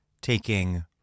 taking